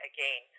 Again